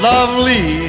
Lovely